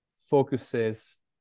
focuses